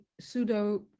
pseudo